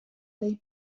dei